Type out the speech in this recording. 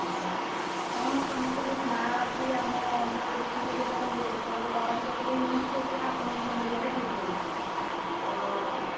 ଆଜ୍ଞା ହଁ ତୁମର ତ ବହୁତ ନାଁ ଅଛି ଆମ ଅଞ୍ଚଳର ଯେତିକ ବି ଯାହା ହୁଏ ସବୁ ତ ତୁମରି ପାଖରୁ ହିଁ ନିଅନ୍ତି ସେଥିପାଇଁ ଆପଣଙ୍କୁ ଫୋନ କରିବାଟା ଠିକ ଭାବିଲି ତ